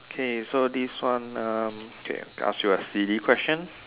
okay so this one uh okay I ask you a silly question